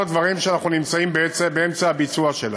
דברים שאנחנו נמצאים באמצע הביצוע שלהם.